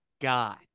god